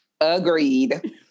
Agreed